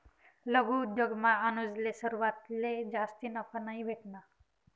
लघु उद्योगमा अनुजले सुरवातले जास्ती नफा नयी भेटना